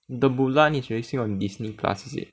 the Mulan is raising on Disney Plus is it